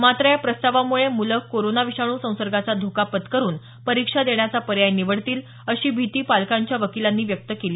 मात्र या प्रस्तावामुळे मुले कोरोना विषाणू संसर्गाचा धोका पत्करून परीक्षा देण्याचा पर्याय निवडतील अशी भीती पालकांच्या वकिलांनी व्यक्त केली